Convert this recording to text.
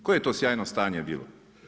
Koje je to sjajno stanje bilo?